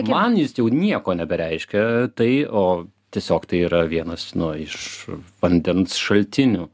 o man jis jau nieko nebereiškia tai o tiesiog tai yra vienas nu iš vandens šaltinių